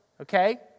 Okay